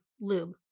lube